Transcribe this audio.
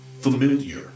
familiar